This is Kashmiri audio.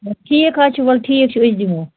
ٹھیٖک حظ چھُ ولہٕ ٹھیٖک چھُ أسۍ دِمو